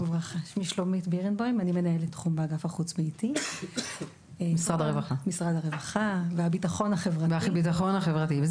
אני מנהלת תחום באגף החוץ ביתי במשרד הרווחה והביטחון החברתי.